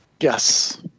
Yes